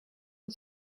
for